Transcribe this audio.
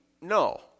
no